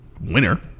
winner